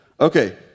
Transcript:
Okay